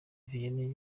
vianney